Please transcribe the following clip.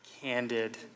candid